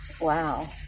wow